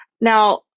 Now